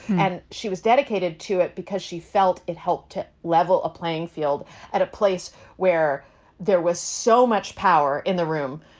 and she was dedicated to it because she felt it helped to level a playing field at a place where there was so much power in the room.